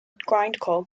grindcore